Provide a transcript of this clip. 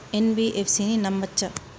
NBFC ని నమ్మచ్చా?